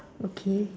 okay